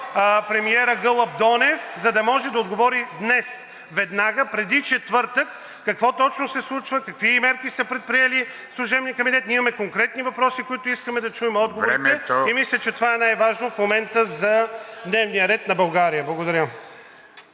премиера Гълъб Донев, за да може да отговори днес, веднага, преди четвъртък какво точно се случва, какви мерки са предприели от служебния кабинет. Ние имаме конкретни въпроси, на които искаме да чуем отговорите и мисля, че това е най-важно за дневния ред на България. Благодаря.